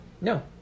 No